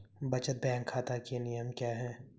बचत बैंक खाता के नियम क्या हैं?